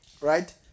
right